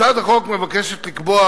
הצעת החוק מבקשת לקבוע